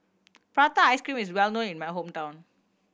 prata ice cream is well known in my hometown